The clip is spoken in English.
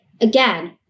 again